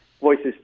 voices